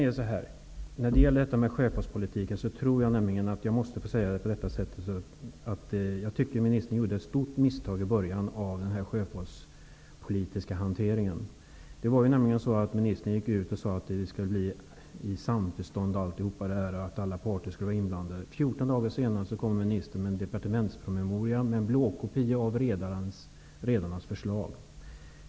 När det gäller sjöfartspolitiken, måste jag få säga att jag tycker att ministern gjorde ett stort misstag i början av denna sjöfartspolitiska hanteringen. Ministern gick ut och sade att detta skulle ske i samförstånd osv. och att alla parter skulle vara inblandade. 14 dagar senare kom ministern med en departementspromemoria med en blåkopia av redarnas förslag.